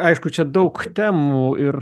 aišku čia daug temų ir